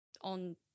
on